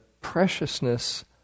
preciousness